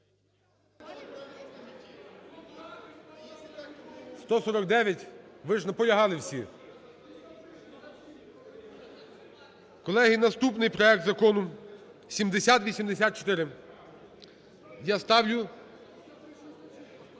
149. Ви ж наполягали всі. Колеги, наступний проект Закону 7084. Я ставлю